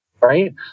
right